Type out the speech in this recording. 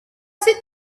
sit